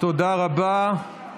תודה רבה.